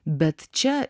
bet čia